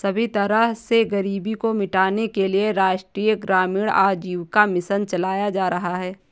सभी तरह से गरीबी को मिटाने के लिये राष्ट्रीय ग्रामीण आजीविका मिशन चलाया जा रहा है